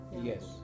Yes